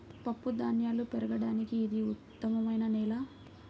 పప్పుధాన్యాలు పెరగడానికి ఇది ఉత్తమమైన నేల